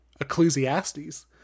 Ecclesiastes